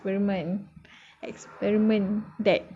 experiment experiment that